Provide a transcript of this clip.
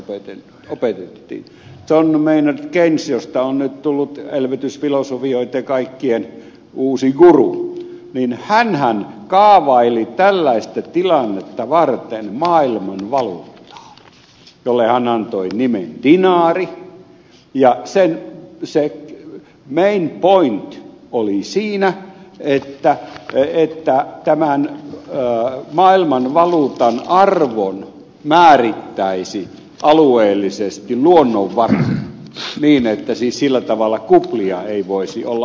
john maynard keynes josta on nyt tullut elvytysfilosofioitten ja kaikkien uusi guru hänhän kaavaili tällaista tilannetta varten maailmanvaluuttaa jolle hän antoi nimen dinaari ja sen main point oli siinä että tämän maailmanvaluutan arvon määrittäisivät alueellisesti luonnonvarat niin että siis sillä tavalla kuplia ei voisi olla olemassakaan